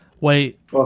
Wait